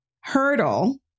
hurdle